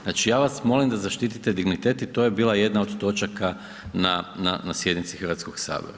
Znači ja vas molim da zaštite dignitet i to je bila jedna od točaka na sjednici Hrvatskog sabora.